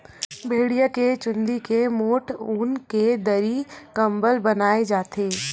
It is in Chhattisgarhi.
भेड़िया के चूंदी के मोठ ऊन के दरी, कंबल बनाए जाथे